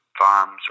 farms